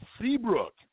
Seabrook